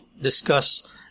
discuss